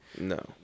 No